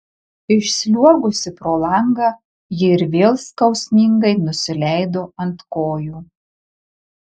išsliuogusi pro langą ji ir vėl skausmingai nusileido ant kojų